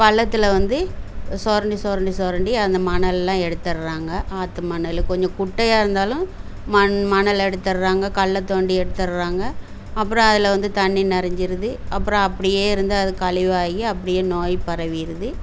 பள்ளத்தில் வந்து சுரண்டி சுரண்டி சுரண்டி அந்த மணல்லாம் எடுத்துடுறாங்க ஆற்று மணல் கொஞ்சம் குட்டையாக இருந்தாலும் மண் மணல் எடுத்துடுறாங்க கல்லை தோண்டி எடுத்துடுறாங்க அப்றம் அதில் வந்து தண்ணி நிரஞ்சிருது அப்றம் அப்படியே இருந்து அது கழிவாகி அப்படியே நோய் பரவிடுது